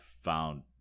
found